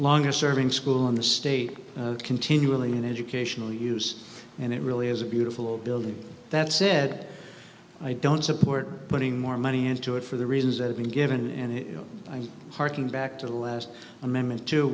longer serving school in the state continually in educational use and it really is a beautiful building that said i don't support putting more money into it for the reasons that i've been given and harking back to the last amendment to